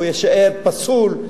הוא יישאר פסול,